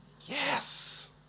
Yes